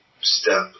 step